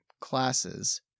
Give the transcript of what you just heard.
classes